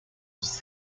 was